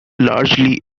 largely